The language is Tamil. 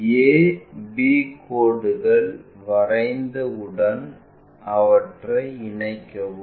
a b கோடுகள் வரைந்த உடன் அவற்றை இணைக்கவும்